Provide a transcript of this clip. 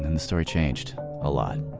the story changed a lot.